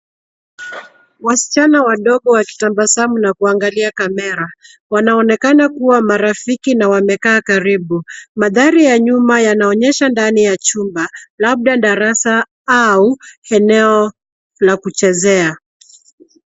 Wasichana wadogo wakitabasamu na kuangalia kamera. Wanaonekana kuwa marafiki na wamekaa karibu. Mandhari ya nyuma yanaonyesha ndani ya chumba, labda darasa au eneo la kuchezea.